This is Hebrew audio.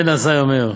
בן עזאי אומר,